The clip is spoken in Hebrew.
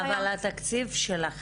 זה היה --- אבל התקציב שלכם,